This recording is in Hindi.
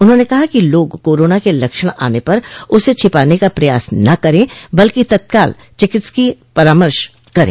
उन्होंने कहा कि लोग कोरोना के लक्षण आने पर उसे छिपाने का प्रयास न करे बल्कि तत्काल चिकित्सकीय परामर्श करे